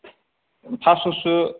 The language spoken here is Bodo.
फास्स'सो